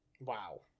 Wow